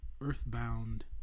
earthbound